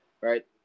right